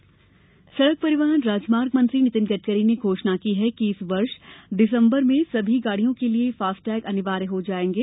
गडकरी घोषणा सड़क परिवहन राजमार्ग मंत्री नितिन गडकरी ने घोषणा की है कि इस वर्ष दिसंबर से सभी गाड़ियों के लिए फास्टैग अनिवार्य हो जायेंगे